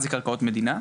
זה קרקעות מדינה,